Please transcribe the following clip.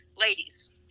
ladies